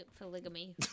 Polygamy